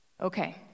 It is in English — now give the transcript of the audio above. Okay